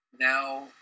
now